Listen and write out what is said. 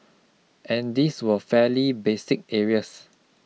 and these were fairly basic areas